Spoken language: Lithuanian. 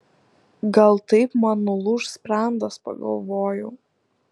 gal taip man nulūš sprandas pagalvojau